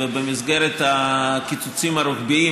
ובמסגרת הקיצוצים הרוחביים,